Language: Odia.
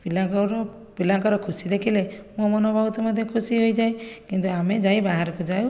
ପିଲାଙ୍କର ପିଲାଙ୍କର ଖୁସି ଦେଖିଲେ ମୋ ମନ ବହୁତ ମଧ୍ୟ ଖୁସି ହୋଇଯାଏ କିନ୍ତୁ ଆମେ ଯାଇ ବାହାରକୁ ଯାଉ